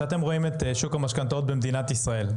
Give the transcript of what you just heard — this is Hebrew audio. כשאתם רואים את שוק המשכנתאות במדינת ישראל,